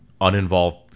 uninvolved